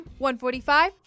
145